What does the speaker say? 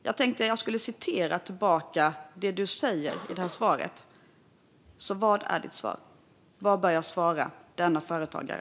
Jag tänkte i mitt svar citera det du säger. Vad bör jag svara denna företagare?